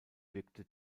wirkte